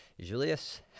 Julius